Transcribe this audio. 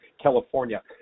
California